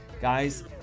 Guys